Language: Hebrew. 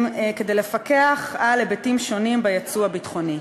כדי לפקח על היבטים שונים ביצוא הביטחוני.